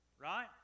Right